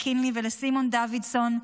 קינלי וסימון דוידסון,